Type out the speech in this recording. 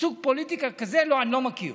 סוג פוליטיקה כזה אני לא מכיר.